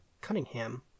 Cunningham